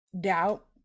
doubt